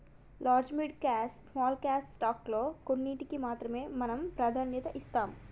large mid cash small cash stock లో కొన్నింటికీ మాత్రమే మనం ప్రాధాన్యత ఇస్తాం